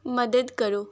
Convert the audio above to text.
ਮਦਦ ਕਰੋ